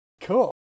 Cool